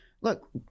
look